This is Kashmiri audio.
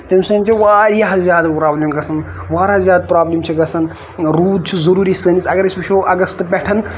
تَمہِ سۭتۍ چھِ واریاہ زیادٕ پروبلِم گژھان واریاہ زیادٕ پروبلِم چھِ گژھان روٗد چھُ ضروٗری سٲنِس اَگر أسۍ وٕچھو اَگست پٮ۪ٹھ